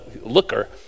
looker